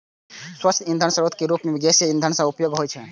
स्वच्छ ईंधनक स्रोत के रूप मे गैसीय जैव ईंधनक उपयोग होइ छै